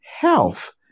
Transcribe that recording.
health